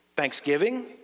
thanksgiving